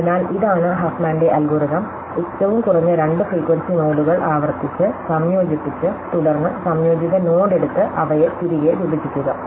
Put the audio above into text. അതിനാൽ ഇതാണ് ഹഫ്മാന്റെ അൽഗോരിതം Huffman's algorithm ഏറ്റവും കുറഞ്ഞ രണ്ട് ഫ്രീക്വൻസി നോഡുകൾ ആവർത്തിച്ച് സംയോജിപ്പിച്ച് തുടർന്ന് സംയോജിത നോഡ് എടുത്ത് അവയെ തിരികെ വിഭജിക്കുക